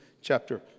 chapter